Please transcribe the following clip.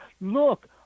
look